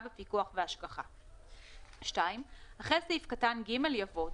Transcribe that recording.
בפיקוח והשגחה."; (2)אחרי סעיף קטן (ג) יבוא: